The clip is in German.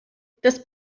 das